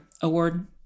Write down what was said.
award